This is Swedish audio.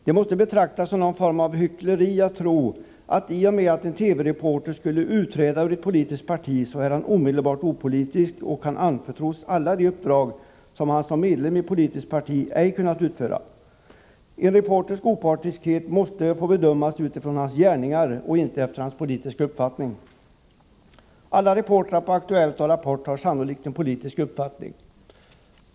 Det måste betraktas som någon form av hyckleri att tro att en TV-reporter, om han utträder ur ett politiskt parti, därmed omedelbart är opolitisk och kan anförtros alla de uppdrag som han som medlem i ett politiskt parti inte kunnat utföra. En reporters opartiskhet måste bedömas utifrån hans gärningar och inte efter hans politiska uppfattning. Alla reportrar på Aktuellt och Rapport har sannolikt en politisk uppfattning.